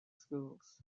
schools